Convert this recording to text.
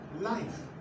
life